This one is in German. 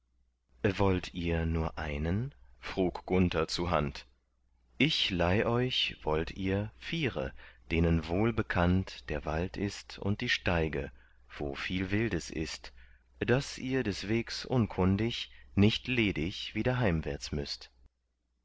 wollt ihr nur einen frug gunther zuhand ich leih euch wollt ihr viere denen wohl bekannt der wald ist und die steige wo viel wildes ist daß ihr des wegs unkundig nicht ledig wieder heimwärts müßt